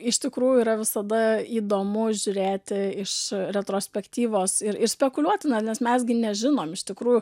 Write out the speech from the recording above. iš tikrųjų yra visada įdomu žiūrėti iš retrospektyvos ir ir spekuliuoti nes mes gi nežinom iš tikrųjų